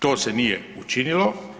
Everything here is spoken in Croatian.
To se nije učinilo.